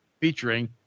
featuring